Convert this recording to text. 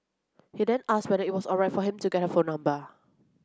he then asked whether it was alright for him to get her phone number